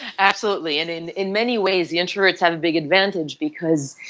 absolutely. and in in many ways the introverts have a big advantage, because